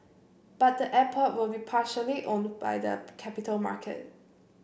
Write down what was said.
but the airport will be partially owned by the capital market